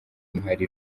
umuhari